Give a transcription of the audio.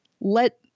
let